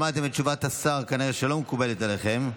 שמעתם את תשובת השר, כנראה שהיא לא מקובלת עליכם,